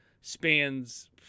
spans